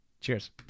Cheers